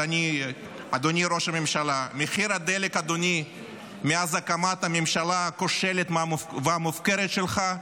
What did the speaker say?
אדוני ראש הממשלה: מאז הקמת הממשלה הכושלת והמופקרת שלך,